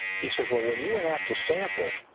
he says, well, when you went after sample,